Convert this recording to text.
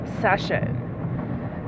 session